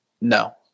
no